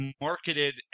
marketed